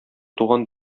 туган